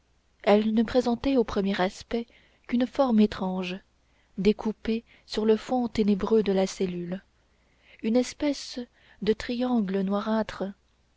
elle ne présentait au premier aspect qu'une forme étrange découpée sur le fond ténébreux de la cellule une espèce de triangle noirâtre